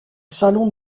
salon